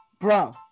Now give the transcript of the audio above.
Bro